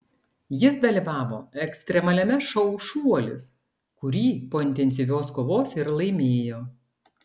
jis dalyvavo ekstremaliame šou šuolis kurį po intensyvios kovos ir laimėjo